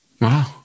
Wow